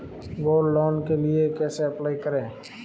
Gold loan के लिए कैसे अप्लाई करें?